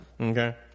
Okay